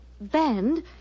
Band